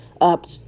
up